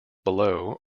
below